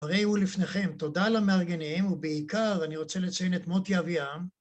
הרי הוא לפניכם. תודה למארגנים, ובעיקר אני רוצה לציין את מוטי אביעם.